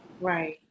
Right